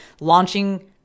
launching